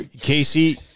Casey